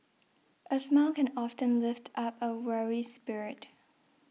a smile can often lift up a weary spirit